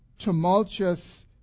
tumultuous